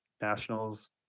nationals